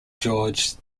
george